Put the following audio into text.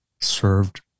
served